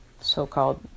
so-called